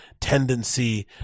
tendency